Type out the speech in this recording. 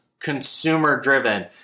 consumer-driven